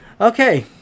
Okay